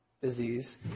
disease